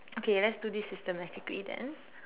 okay let's do this systematically then